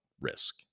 risk